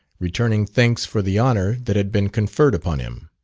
returning thanks for the honour that had been conferred upon him.